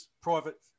private